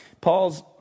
Paul's